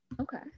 okay